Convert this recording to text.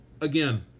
Again